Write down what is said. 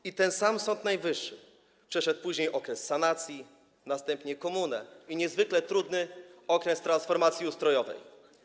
I ten sam Sąd Najwyższy przeszedł później okres sanacji, następnie czas komuny i niezwykle trudny okres transformacji ustrojowej.